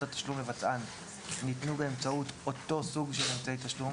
התשלום לבצען ניתנו באמצעות אותו סוג של אמצעי תשלום,